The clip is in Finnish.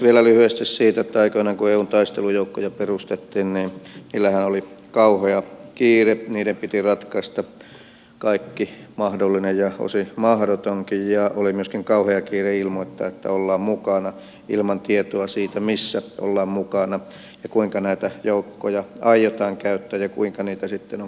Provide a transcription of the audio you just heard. vielä lyhyesti siitä että aikoinaan kun eun taistelujoukkoja perustettiin niillähän oli kauhea kiire niiden piti ratkaista kaikki mahdollinen ja osin mahdotonkin ja oli myöskin kauhea kiire ilmoittaa että ollaan mukana ilman tietoa siitä missä ollaan mukana ja kuinka näitä joukkoja aiotaan käyttää ja kuinka niitä sitten on käytetty